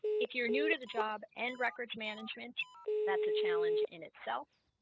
if you're new to the job and records management that's a challenge in itself